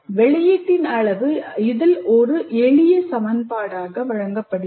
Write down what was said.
வெளியீட்டின் அளவு இதில் ஒரு எளிய சமன்பாடாக வழங்கப்படுகிறது